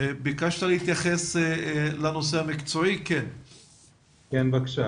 ביקשת להתייחס לנושא המקצועי, בבקשה.